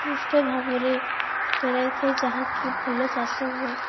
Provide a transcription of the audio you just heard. ଉତ୍କୃଷ୍ଟ ଭାବରେ ଫେରାଇ ଥାଏ ଯାହାକି ଭଲ ଚାଷ ହୁଏ